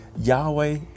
Yahweh